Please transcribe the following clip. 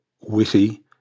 witty